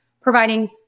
providing